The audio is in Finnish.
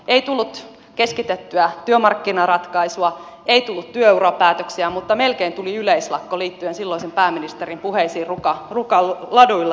ei tullut keskitettyä työmarkkinaratkaisua ei tullut työurapäätöksiä mutta melkein tuli yleislakko liittyen silloisen pääministerin puheisiin rukan laduilla